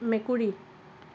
মেকুৰী